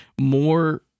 more